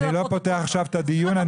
אני לא פותח עכשיו את הדיון.